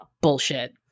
Bullshit